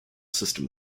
system